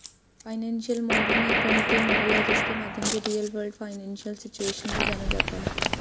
financial modelling एक गणितीय model है जिसके माध्यम से रियल वर्ल्ड फाइनेंशियल सिचुएशन को जाना जाता है